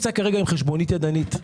אני נמצא כרגע עם חשבונית ידנית.